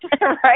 right